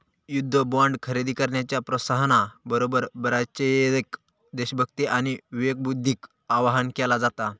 युद्ध बॉण्ड खरेदी करण्याच्या प्रोत्साहना बरोबर, बऱ्याचयेळेक देशभक्ती आणि विवेकबुद्धीक आवाहन केला जाता